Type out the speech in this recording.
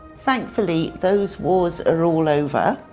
thankfully those wars are all over.